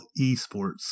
Esports